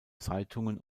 zeitungen